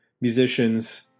musicians